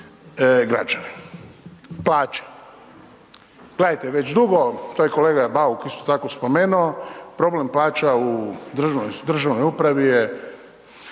građani. Plaće, gledajte već dugo, to je kolega isto tako spomenuo problem plaća u državnoj upravi je